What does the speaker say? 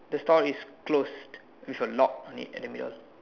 the store is closed with a lock o it at the middle